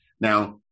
Now